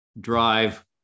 drive